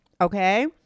Okay